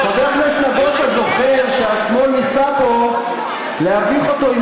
חבר הכנסת נגוסה זוכר שהשמאל ניסה פה להביך אותו עם